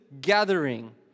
gathering